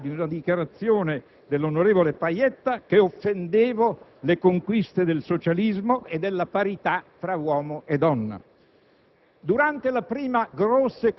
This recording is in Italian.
L'Unità ha scritto, sulla base della dichiarazione dell'onorevole Pajetta, che offendevo le conquiste del socialismo e della parità tra uomo e donna.